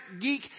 geek